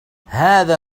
هذا